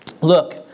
look